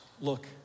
look